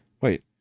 wait